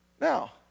Now